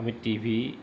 আমি T V